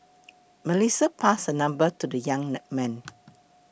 Melissa passed her number to the young man